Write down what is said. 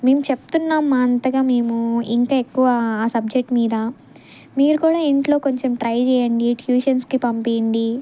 మేము చెప్తున్నాము మా అంతగా మేము ఇంకా ఎక్కువ ఆ సబ్జెక్ట్ మీద మీరు కూడా ఇంట్లో కొంచెం ట్రై చేయండి ట్యూషన్స్కి పంపియండి